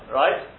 right